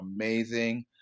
amazing